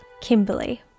Kimberly